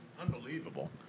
unbelievable